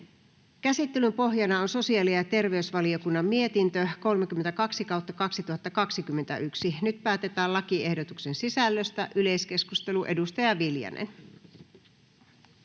Käsittelyn pohjana on sosiaali- ja terveysvaliokunnan mietintö StVM 30/2021 vp. Nyt päätetään lakiehdotuksen sisällöstä. — Yleiskeskustelu, edustaja Viljanen.